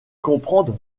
comprendre